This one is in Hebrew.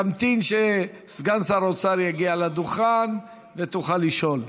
תמתין שסגן שר האוצר יגיע לדוכן ותוכל לשאול.